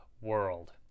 world